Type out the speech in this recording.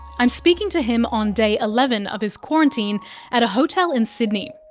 i'm speaking to him on day eleven of his quarantine at a hotel in sydney.